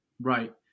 right